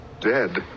dead